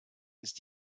ist